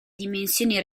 dimensioni